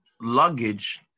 luggage